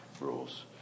rules